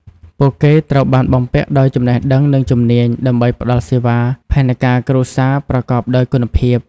ពួកគេត្រូវបានបំពាក់ដោយចំណេះដឹង និងជំនាញដើម្បីផ្តល់សេវាផែនការគ្រួសារប្រកបដោយគុណភាព។